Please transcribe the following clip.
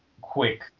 quick